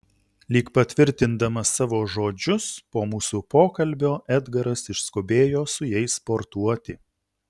lyg patvirtindamas savo žodžius po mūsų pokalbio edgaras išskubėjo su jais sportuoti